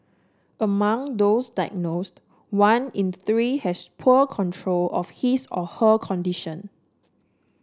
among those diagnosed one in three has poor control of his or her condition